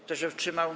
Kto się wstrzymał?